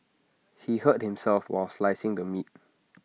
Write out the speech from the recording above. he hurt himself while slicing the meat